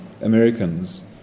Americans